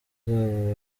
zabo